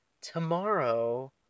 tomorrow